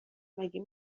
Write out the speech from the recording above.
مگه